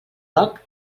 roc